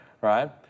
right